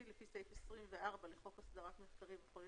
קיימות בארצות הברית ודברים שמקובלים,